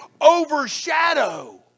overshadow